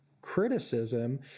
criticism